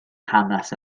hanes